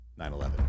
9-11